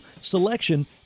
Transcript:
selection